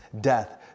Death